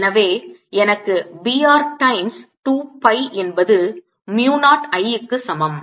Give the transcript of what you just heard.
எனவே எனக்கு B R times 2 pi என்பது mu 0 I க்கு சமம்